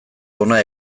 hona